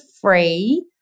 free